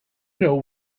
know